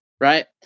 right